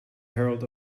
herald